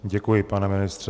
Děkuji, pane ministře.